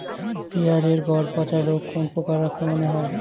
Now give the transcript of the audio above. পিঁয়াজ এর গড়া পচা রোগ কোন পোকার আক্রমনে হয়?